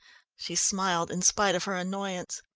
she smiled in spite of her annoyance.